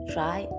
Try